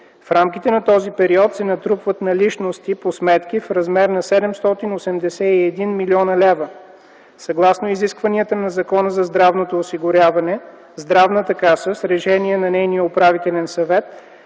В рамките на този период се натрупват наличности по сметки в размер на 781 млн. лв. Съгласно изискванията на Закона за здравното осигуряване с решение на Управителния съвет